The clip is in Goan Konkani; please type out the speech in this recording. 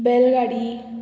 बैलगाडी